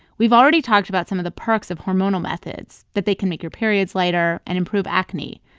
we've already talked about some of the perks of hormonal methods that they can make your periods later and improve acne.